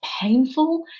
painful